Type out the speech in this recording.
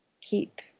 keep